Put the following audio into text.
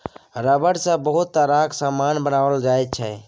rubber सँ बहुत तरहक समान बनाओल जाइ छै